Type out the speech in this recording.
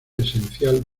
esencial